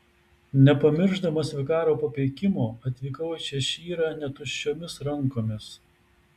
nepamiršdamas vikaro papeikimo atvykau į češyrą ne tuščiomis rankomis